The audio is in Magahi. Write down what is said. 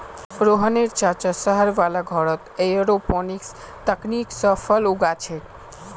रोहनेर चाचा शहर वाला घरत एयरोपोनिक्स तकनीक स फल उगा छेक